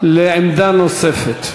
לעמדה נוספת.